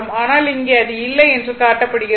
ஆனால் இங்கே அது இல்லை என்று காட்டப்படுகிறது